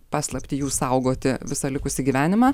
paslaptį jų saugoti visą likusį gyvenimą